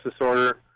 disorder